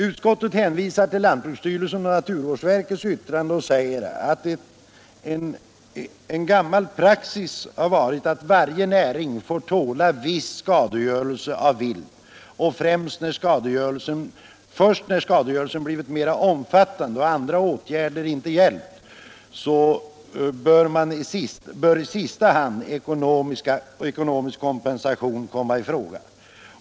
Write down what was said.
Utskottet hänvisar till lantbruksstyrelsens och naturvårdsverkets yttranden och säger att en gammal praxis varit att varje näring får tåla viss skadegörelse av vilt, och först när skadegörelsen blivit mer omfattande och andra åtgärder inte hjälpt kan i sista hand ekonomisk kompensation komma i fråga.